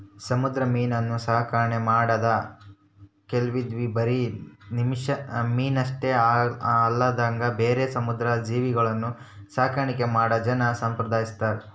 ಸಮುದ್ರ ಮೀನುನ್ನ ಸಾಕಣ್ಕೆ ಮಾಡದ್ನ ಕೇಳಿದ್ವಿ ಬರಿ ಮೀನಷ್ಟೆ ಅಲ್ದಂಗ ಬೇರೆ ಸಮುದ್ರ ಜೀವಿಗುಳ್ನ ಸಾಕಾಣಿಕೆ ಮಾಡ್ತಾ ಜನ ಸಂಪಾದಿಸ್ತದರ